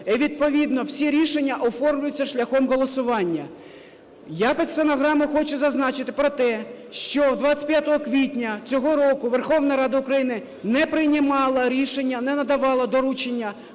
І відповідно всі рішення оформлюються шляхом голосування. Я під стенограму хочу зазначити про те, що 25 квітня цього року Верховна Рада України не приймала рішення, не надавала доручення